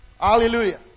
Hallelujah